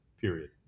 period